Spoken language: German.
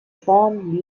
form